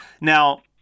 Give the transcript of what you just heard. now